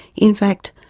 in fact,